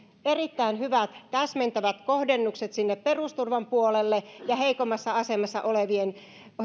erittäin hyvät täsmentävät kohdennukset sinne perusturvan puolelle ja heikoimmassa asemassa olevien